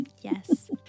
yes